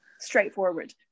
straightforward